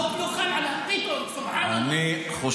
החוק לא חל עליו --- אני חושב,